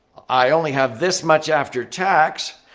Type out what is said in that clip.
i only have this much after-tax.